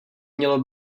mělo